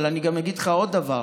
אבל אני גם אגיד לך עוד דבר: